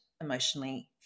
emotionally